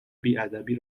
بیادبی